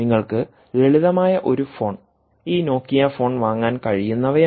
നിങ്ങൾക്ക് ലളിതമായ ഒരു ഫോൺ ഈ നോക്കിയഫോൺ വാങ്ങാൻ കഴിയുന്നവയാണ്